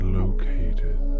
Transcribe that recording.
located